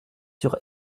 sur